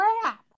crap